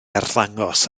arddangos